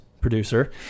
producer